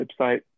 website